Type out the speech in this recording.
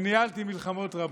וניהלתי מלחמות רבות.